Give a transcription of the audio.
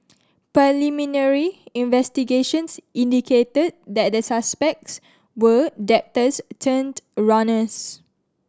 preliminary investigations indicated that the suspects were debtors turned runners